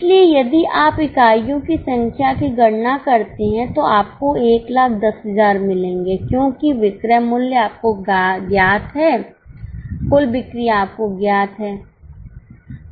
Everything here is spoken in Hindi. इसलिए यदि आप इकाइयों की संख्या की गणना करते हैं तो आपको 110000 मिलेंगे क्योंकि विक्रय मूल्य आपको ज्ञात है कुल बिक्री आपको ज्ञात है